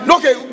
Okay